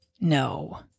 No